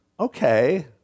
Okay